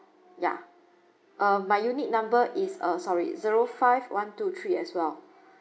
yeah um my unit number is uh sorry zero five one two three as well